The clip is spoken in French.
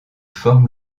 forme